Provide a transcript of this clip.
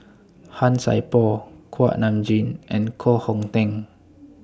Han Sai Por Kuak Nam Jin and Koh Hong Teng